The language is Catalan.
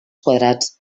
quadrats